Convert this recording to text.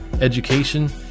education